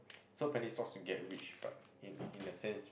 sold penny stocks to get rich but in in a sense